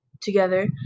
together